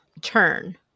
turn